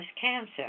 cancer